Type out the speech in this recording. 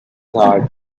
heart